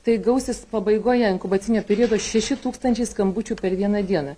tai gausis pabaigoje inkubacinio periodo šeši tūkstančiai skambučių per vieną dieną